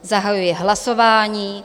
Zahajuji hlasování.